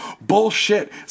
bullshit